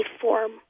form